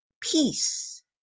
Peace